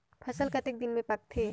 फसल कतेक दिन मे पाकथे?